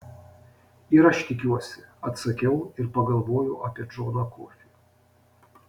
ir aš tikiuosi atsakiau ir pagalvojau apie džoną kofį